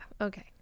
okay